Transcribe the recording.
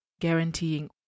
guaranteeing